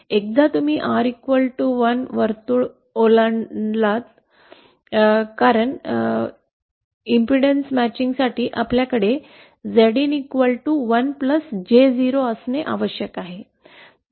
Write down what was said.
एकदा तुम्ही R1 वर्तुळ ओलांडून पहा कारण प्रतिबाधा जुळण्यासाठी आपल्याकडे Zin1j0 असणे आवश्यक आहे